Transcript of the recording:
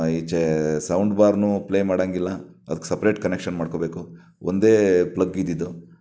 ಈಚೆ ಸೌಂಡ್ ಬಾರ್ನೂ ಪ್ಲೇ ಮಾಡೋಂಗಿಲ್ಲ ಅದ್ಕೆ ಸಪ್ರೇಟ್ ಕನೆಕ್ಷನ್ ಮಾಡ್ಕೋಬೇಕು ಒಂದೇ ಪ್ಲಗ್ ಇದಿದ್ದು